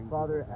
Father